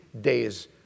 days